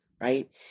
right